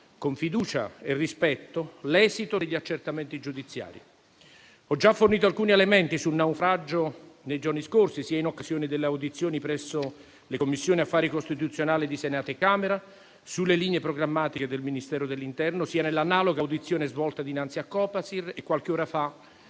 con fiducia e rispetto l'esito degli accertamenti giudiziari. Ho già fornito alcuni elementi sul naufragio nei giorni scorsi, sia in occasione delle audizioni presso le Commissioni affari costituzionali di Senato e Camera, tenute in occasione dell'esposizione delle linee programmatiche del Ministero dell'interno, sia nell'analoga audizione svolta dinanzi al Copasir e, qualche ora fa,